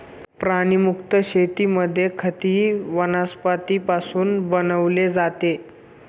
प्राणीमुक्त शेतीमध्ये खतही वनस्पतींपासून बनवले जाते